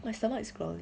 my stomach is growling